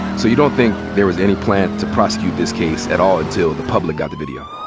so you don't think there was any plan to prosecute this case at all until the public got the video?